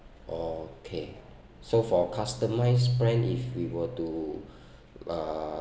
okay so for customized plan if we were to uh